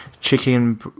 chicken